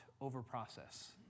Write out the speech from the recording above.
over-process